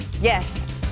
Yes